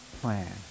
plan